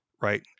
right